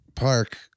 park